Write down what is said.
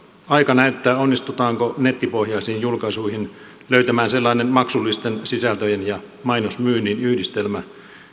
aika näyttää onnistutaanko nettipohjaisiin julkaisuihin löytämään sellainen maksullisten sisältöjen ja mainosmyynnin yhdistelmä